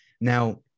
Now